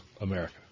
America